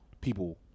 people